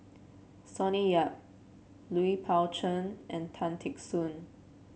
Sonny Yap Lui Pao Chuen and Tan Teck Soon